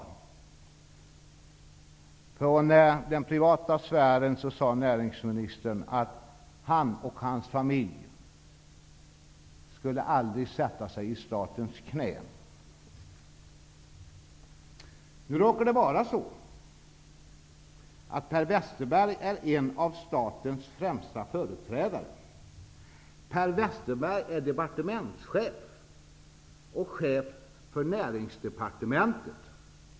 I en kommentar från den privata sfären sade näringsministern att han och hans familj aldrig skulle sätta sig i statens knä. Nu råkar det vara så att Per Westerberg är en av statens främsta företrädare. Per Westerberg är departementschef på Näringsdepartementet.